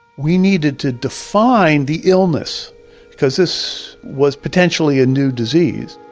we needed to define the illness because this was potentially a new disease.